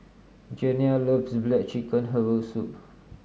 Janiah loves black chicken Herbal Soup